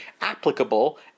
applicable